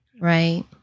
Right